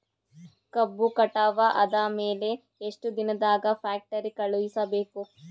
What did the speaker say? ಕಬ್ಬು ಕಟಾವ ಆದ ಮ್ಯಾಲೆ ಎಷ್ಟು ದಿನದಾಗ ಫ್ಯಾಕ್ಟರಿ ಕಳುಹಿಸಬೇಕು?